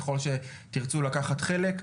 ככל שתרצו לקחת חלק.